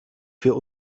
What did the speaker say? für